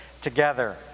together